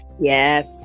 yes